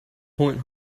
point